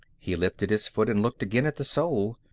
he lifted his foot and looked again at the sole.